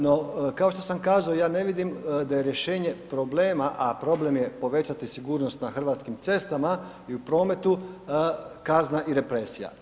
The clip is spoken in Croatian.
No kao što sam kazao, ja ne vidim da je rješenje problema a problem je povećati sigurnost na hrvatskim cestama i u prometu, kazna i represija.